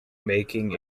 making